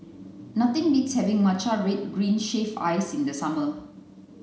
nothing beats having matcha red green shaved ice in the summer